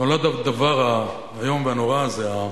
נולד הדבר האיום והנורא הזה,